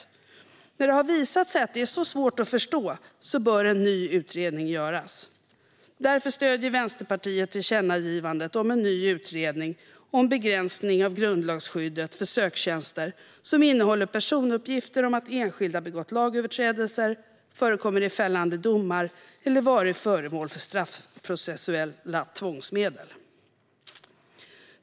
Nu när det har visat sig att det är svårt att förstå bör en ny utredning göras. Därför stöder Vänsterpartiet tillkännagivandet om en ny utredning om begränsning av grundlagsskyddet för söktjänster som innehåller personuppgifter om att enskilda begått lagöverträdelser, förekommer i fällande domar eller varit föremål för straffprocessuella tvångsmedel.